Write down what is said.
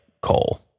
coal